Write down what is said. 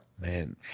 Man